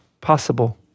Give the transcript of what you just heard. possible